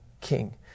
king